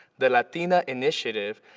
the latina initiative,